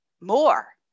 more